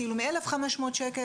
כאילו 1500 שקל